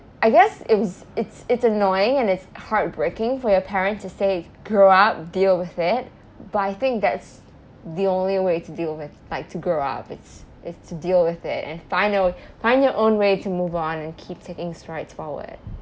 I guess it's it's it's annoying and it's heartbreaking for your parents to say grow up deal with it but I think that's the only way to deal with like to grow up is is to deal with it and find a find your own way to move on and keep taking strides forward